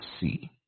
see